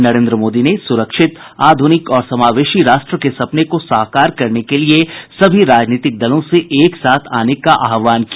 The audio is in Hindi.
नरेन्द्र मोदी ने सुरक्षित आध्र्निक और समावेशी राष्ट्र के सपने को साकार करने के लिए सभी राजनीतिक दलों से एकसाथ आगे आने का आह्वान किया